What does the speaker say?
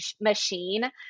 machine